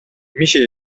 میشه